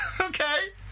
Okay